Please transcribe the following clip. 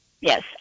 Yes